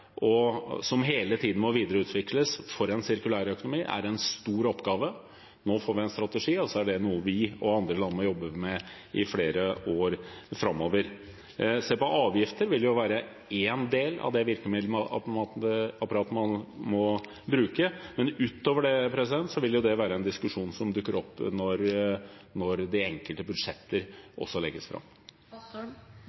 stor oppgave. Nå får vi en strategi, og det er noe som vi og andre land må jobbe med i flere år framover. Det å se på avgifter vil være en del av virkemiddelapparatet man må bruke, men utover det vil det være en diskusjon som dukker opp når de enkelte budsjetter